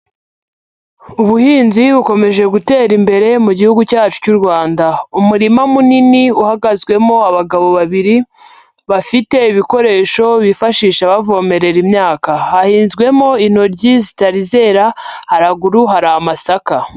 Ubuhinzi bukomeje gutera imbere mu gihugu cyacu cy'u Rwanda, umurima munini uhagazwemo abagabo babiri bafite ibikoresho bifashisha bavomerera imyaka, hahinzwemo intoryi zitari zera haraguru hari amasaka.